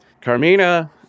Carmina